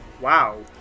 Wow